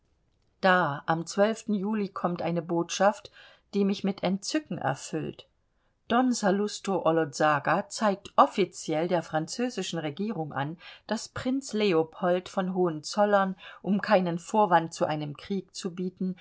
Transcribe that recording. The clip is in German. da am juli kommt eine botschaft die mich mit entzücken erfüllt don salusto olozaga zeigt offiziell der französischen regierung an daß prinz leopold von hohenzollern um keinen vorwand zu einem krieg zu bieten